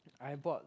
I bought